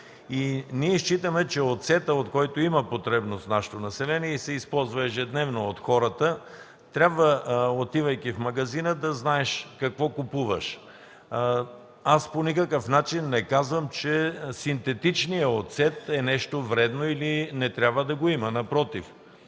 Ние считаме, че относно оцета, от който нашето население има потребност и се използва ежедневно от хората, трябва отивайки в магазина да знаеш какво купуваш. Аз по никакъв начин не казвам, че синтетичният оцет е нещо вредно или не трябва да го има. Напротив.